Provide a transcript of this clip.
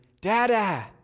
dada